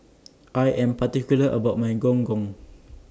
I Am particular about My Gong Gong